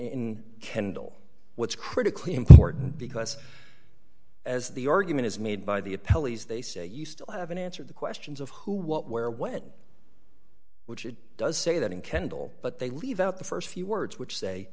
in kendall what's critically important because as the argument is made by the a pelleas they say you still haven't answered the questions of who what where when which it does say that in kendall but they leave out the st few words which say